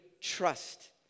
trust